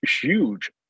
huge